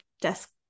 desk